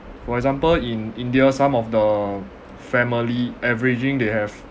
for example in india some of the family averaging they have